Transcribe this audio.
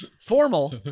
formal